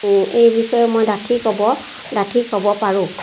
এই বিষয়ে মই ডাঠি ক'ব ডাঠি ক'ব পাৰোঁ